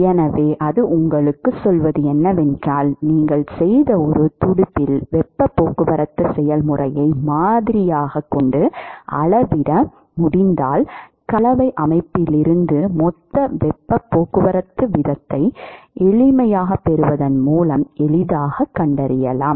எனவே அது உங்களுக்குச் சொல்வது என்னவென்றால் நீங்கள் செய்த ஒரு துடுப்பில் வெப்பப் போக்குவரத்து செயல்முறையை மாதிரியாகக் கொண்டு அளவிட முடிந்தால் கலவை அமைப்பிலிருந்து மொத்த வெப்பப் போக்குவரத்து வீதத்தை எளிமையாகப் பெருக்குவதன் மூலம் எளிதாகக் கண்டறியலாம்